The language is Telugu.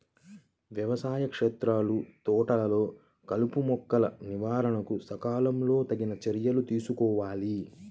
వ్యవసాయ క్షేత్రాలు, తోటలలో కలుపుమొక్కల నివారణకు సకాలంలో తగిన చర్యలు తీసుకోవాలి